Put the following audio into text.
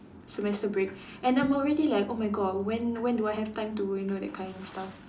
semester break and I'm already like oh my god when when do I have time to you know that kind of stuff